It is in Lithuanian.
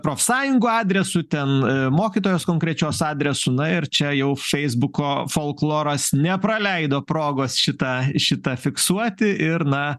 profsąjungų adresu ten mokytojos konkrečios adresu na ir čia jau feisbuko folkloras nepraleido progos šitą šitą fiksuoti ir na